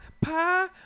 pie